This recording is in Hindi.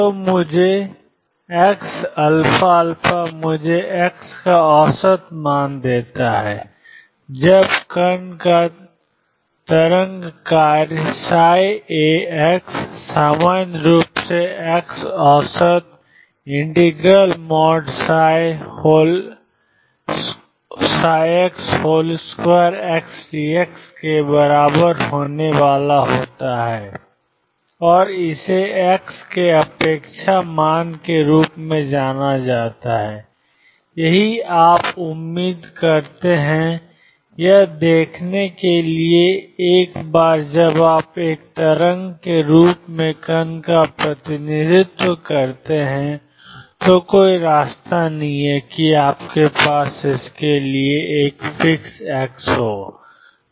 तो xαα मुझे x का औसत मान देता है जब कण का तरंग कार्य सामान्य रूप से x औसत ∫ψ2xdx के बराबर होने वाला होता है और इसे x के अपेक्षा मान के रूप में जाना जाता है यही आप उम्मीद करते हैं यह देखने के लिए कि एक बार जब आप एक तरंग के रूप में कण का प्रतिनिधित्व करते हैं तो कोई रास्ता नहीं है कि आपके पास इसके लिए एक फिक्स एक्स है